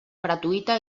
gratuïta